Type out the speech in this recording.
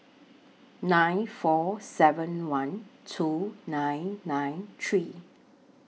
nine four seven one two nine nine three